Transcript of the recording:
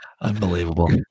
Unbelievable